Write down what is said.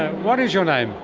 what is your name?